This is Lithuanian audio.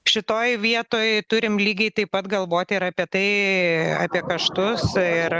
šitoj vietoj turim lygiai taip pat galvoti ir apie tai apie kaštus ir